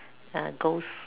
a ghost